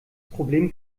problem